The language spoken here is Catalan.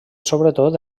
sobretot